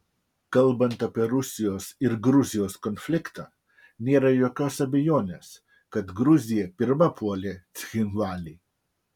kalbant apie rusijos ir gruzijos konfliktą nėra jokios abejonės kad gruzija pirma puolė cchinvalį